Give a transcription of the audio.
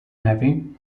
heavy